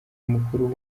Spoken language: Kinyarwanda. mukuru